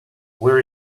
where